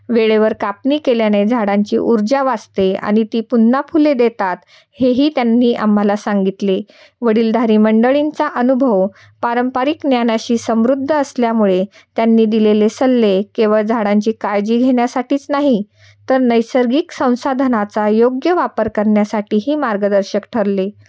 वेळेवर कापणी केल्याने झाडांची ऊर्जा वाचते आणि ती पुन्हा फुले देतात हेही त्यांनी आम्हाला सांगितले वडीलधारी मंडळींचा अनुभव पारंपरिक ज्ञानाशी समृद्ध असल्यामुळे त्यांनी दिलेले सल्ले केवळ झाडांची काळजी घेण्यासाठीच नाही तर नैसर्गिक संसाधनाचा योग्य वापर करण्यासाठीही मार्गदर्शक ठरले